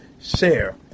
share